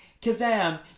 Kazam